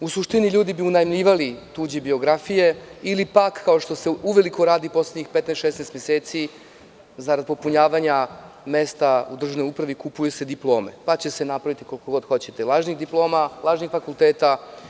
U suštini, ljudi bi unajmljivali tuđe biografije ili kao što se uveliko radi poslednjih 15, 16 meseci zarad popunjavanja mesta u državnoj upravi, kupuju se diplome, pa će se napraviti koliko god hoćete lažnih diploma, lažnih fakulteta.